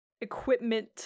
Equipment